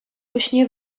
пуҫне